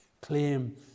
claim